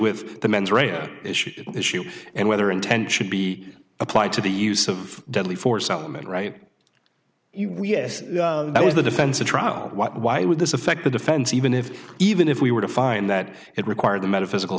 rights issue issue and whether intention be applied to the use of deadly force element right yes that was the defense a trial why would this affect the defense even if even if we were to find that it required the metaphysical